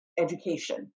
education